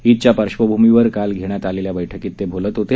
ईदच्या पार्श्वभूमीवर काल घेण्यात आलेल्या बैठकीत ते काल बोलत होते